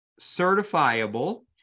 certifiable